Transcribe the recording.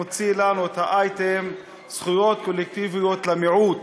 הוא מוציא לנו את האייטם "זכויות קולקטיביות למיעוט",